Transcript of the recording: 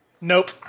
Nope